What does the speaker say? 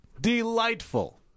Delightful